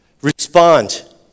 Respond